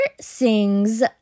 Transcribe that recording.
sings